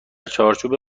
چارچوب